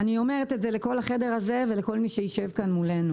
אני אומרת את זה לכל הנוכחים בחדר הזה ולכל מי שיישב כאן מולנו.